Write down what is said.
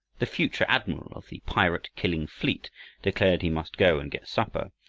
the future admiral of the pirate-killing fleet declared he must go and get supper,